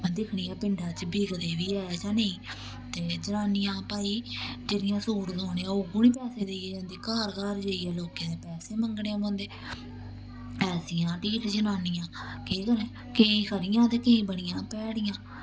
महां दिक्खनी आं पिंडा च बिकदे बी ऐ जां नेईं ते जनानियां भई जेह्ड़ियां सूट सुआने आह्लियां उ'ऐ निं पैसे देइयै जंदे घर घर जाइयै लोकें दे पैसे मंगने पौंदे ऐसियां ठीठ जनानियां केह् करै केईं खरियां ते केईं बड़ियां भैड़ियां